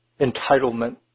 entitlement